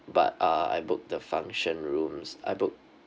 but uh I book the function rooms I book